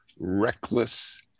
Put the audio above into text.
reckless